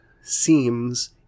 seems